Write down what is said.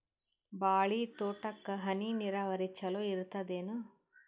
ಬಾಳಿ ತೋಟಕ್ಕ ಹನಿ ನೀರಾವರಿ ಚಲೋ ಇರತದೇನು?